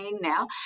now